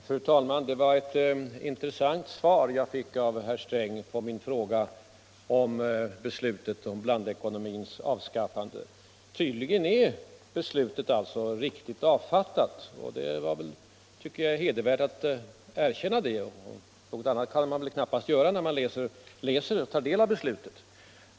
Fru talman! Det var ett intressant svar jag fick av herr Sträng på min fråga om beslutet om blandekonomins avskaffande. Tydligen är beslutet riktigt avfattat, och jag tycker att det var hedervärt att erkänna det. Något annat kan man väl knappast göra när man tagit del av beslutet.